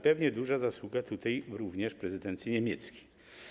Pewnie duża zasługa w tym również prezydencji niemieckiej.